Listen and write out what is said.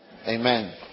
Amen